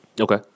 Okay